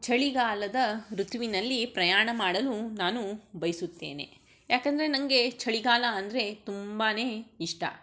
ಚಳಿಗಾಲದ ಋತುವಿನಲ್ಲಿ ಪ್ರಯಾಣ ಮಾಡಲು ನಾನು ಬಯಸುತ್ತೇನೆ ಯಾಕಂದರೆ ನನಗೆ ಚಳಿಗಾಲ ಅಂದರೆ ತುಂಬಾ ಇಷ್ಟ